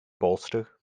bolster